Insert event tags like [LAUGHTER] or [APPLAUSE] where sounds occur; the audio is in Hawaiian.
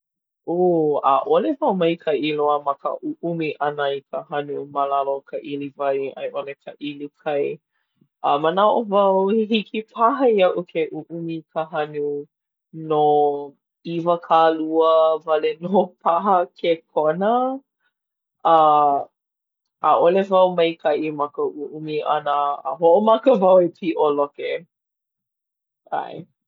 ʻŌ, ʻaʻole wau maikaʻi loa ma ka ʻuʻumi ʻana i ka hanu ma lalo o ka ʻili wai a i ʻole ka ʻili kai. A manaʻo wau hiki paha iaʻu ke ʻuʻumi i ka hanu no iwakālua wale nō paha kekona. A ʻaʻole wau maikaʻi ma ka ʻuʻumi ʻana a hoʻomaka [LAUGHS] wau e piʻoloke.